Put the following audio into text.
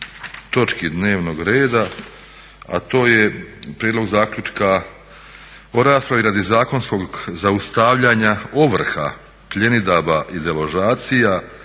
to je prijedlog zaključka o raspravi radi zakonskog zaustavljanja ovrha, pljenidaba i deložacija